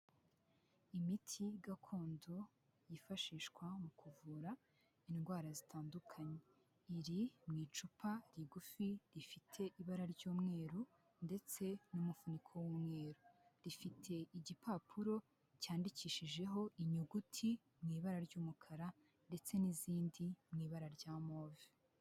Imiti gakondo yifashishwa mu kuvura indwara zitandukanye, iri mu icupa rigufi rifite ibara ry'umweru ndetse n'umufuniko w'umweru, rifite igipapuro cyandikishijeho inyuguti mu ibara ry'umukara ndetse n'izindi mu ibara rya move.